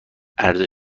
عرضه